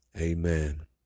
Amen